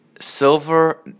silver